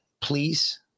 please